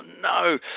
no